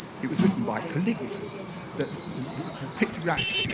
it was written by calligraphers that the pictograph